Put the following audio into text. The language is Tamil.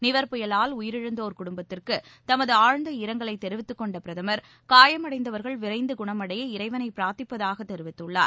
நிவர் புயவால் உயிரிழந்தோர் குடும்பத்திற்கு தமது ஆழ்ந்த இரங்கலைத் தெரிவித்துக் கொண்ட பிரதமர் காயமடைந்தவர்கள் விரைந்து குணமடைய இறைவனை பிரார்த்திப்பதாகத் தெரிவித்துள்ளார்